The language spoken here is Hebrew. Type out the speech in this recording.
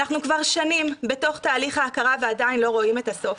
אנחנו כבר שנים בתוך תהליך ההכרה ועדיין לא רואים את הסוף.